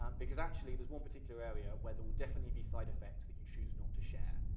um because actually, there's one particular area where there will definitely be side effects that you choose not to share,